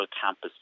campus